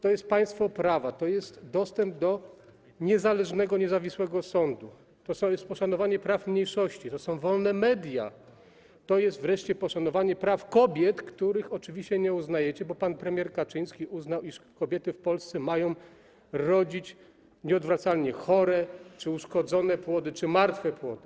To jest państwo prawa, to jest dostęp do niezależnego, niezawisłego sądu, to jest poszanowanie praw mniejszości, to są wolne media, to jest wreszcie poszanowanie praw kobiet, których oczywiście nie uznajecie, bo pan premier Kaczyński uznał, iż kobiety w Polsce mają rodzić nieodwracalnie chore, uszkodzone płody czy martwe płody.